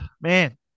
Man